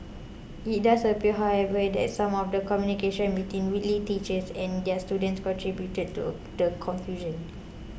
it does appear however that some of the communication between Whitley teachers and their students contributed to the confusion